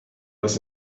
was